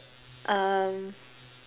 um